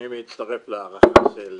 אני מצטרף להערכה של